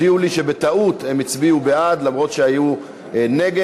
והודיעו לי שבטעות הם הצביעו בעד למרות שהיו נגד.